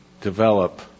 develop